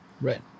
right